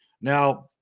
now